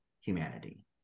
humanity